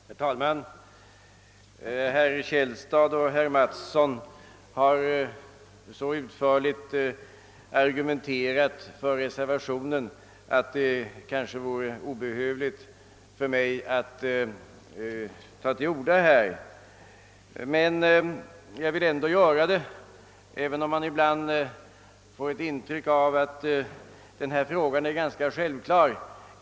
Herr talman! Herr Källstad och herr Mattsson har så utförligt argumenterat för reservationen, att det kanske vore onödigt för mig att ta till orda. Men jag vill ändå göra det, även om man ibland får ett intryck av att denna fråga är ganska självklar.